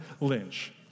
Lynch